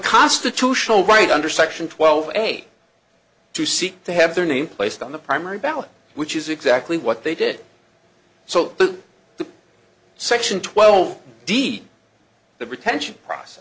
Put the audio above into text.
constitutional right under section twelve eight to seek to have their name placed on the primary ballot which is exactly what they did so the section twelve deed the retention pr